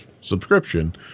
subscription